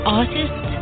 artist